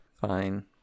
Fine